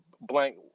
blank